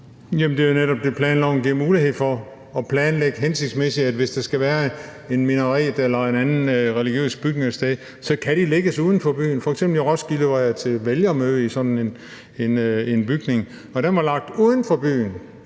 det er jo netop det, planloven giver mulighed for, altså at planlægge hensigtsmæssigt, så hvis der skal være en minaret eller en anden religiøs bygning et sted, så kan de lægges uden for byen. Jeg var f.eks. til vælgermøde i Roskilde i sådan en bygning, og den var lagt uden for byen.